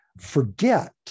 forget